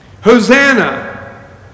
Hosanna